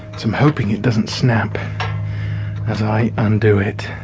so i'm hoping it doesn't snap as i undo it.